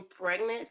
pregnant